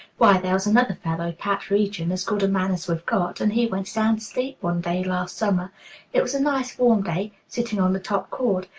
why, there was another fellow, pat reagan, as good a man as we've got, and he went sound asleep one day last summer it was a nice warm day sitting on the top-chord.